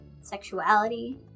sexuality